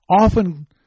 often